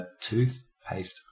Toothpaste